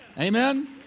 Amen